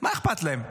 מה אכפת להם?